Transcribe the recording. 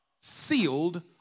sealed